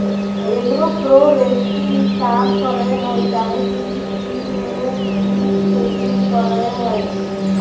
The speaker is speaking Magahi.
एग्रोफोरेस्ट्री काम करेय हइ काहे कि इ थ्री डी में खेती करेय हइ